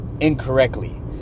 Incorrectly